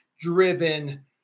driven